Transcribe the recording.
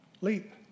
Leap